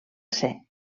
ser